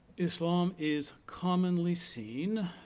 islam is commonly seen